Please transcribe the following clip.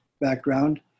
background